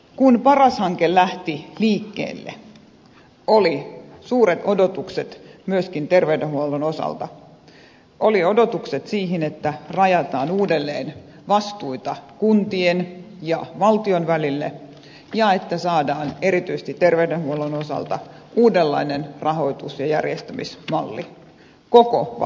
kun paras hanke lähti liikkeelle oli suuret odotukset myöskin terveydenhuollon osalta oli odotukset siihen että rajataan uudelleen vastuita kuntien ja valtion välillä ja että saadaan erityisesti terveydenhuollon osalta uudenlainen rahoitus ja järjestämismalli koko valtakuntaan